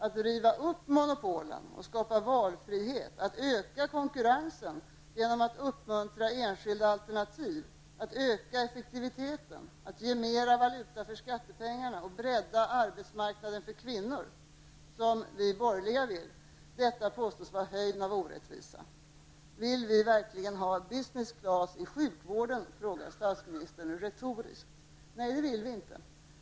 Att riva upp monopolen och skapa valfrihet, öka konkurrensen genom att uppmuntra enskilda alternativ, öka effektiviteten, ge mer valuta för skattepengarna och bredda arbetsmarknaden för kvinnor, något som vi borgerliga vill, påstås vara höjden av orättvisa. Vill vi verkligen ha Business Class i sjukvården?, frågar statsministern retoriskt. Nej, det vill vi inte.